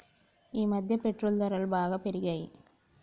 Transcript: ఈమధ్య పెట్రోల్ ధరలు బాగా పెరిగాయి